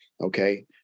Okay